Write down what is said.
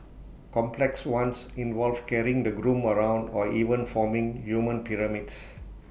complex ones involve carrying the groom around or even forming human pyramids